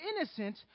innocent